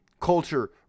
culture